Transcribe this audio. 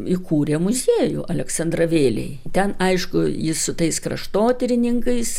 įkūrė muziejų aleksandravėlėj ten aišku jis su tais kraštotyrininkais